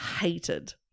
hated